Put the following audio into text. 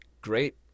great